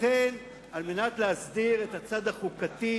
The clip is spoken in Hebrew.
לכן, כדי להסדיר את הצד החוקתי